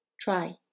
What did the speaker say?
Try